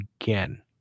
again